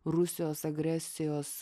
rusijos agresijos